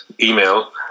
email